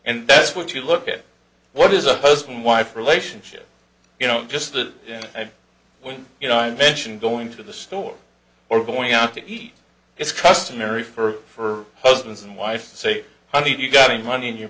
and that's what you look at what is a post wife relationship you know just that when you know i mentioned going to the store or going out to eat it's customary for husbands and wife to say honey if you got any money in your